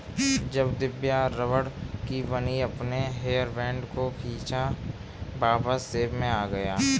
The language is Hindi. जब दिव्या रबड़ की बनी अपने हेयर बैंड को खींचा वापस शेप में आ गया